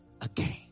again